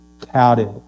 touted